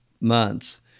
months